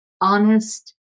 honest